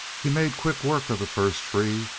he made quick work of the first tree,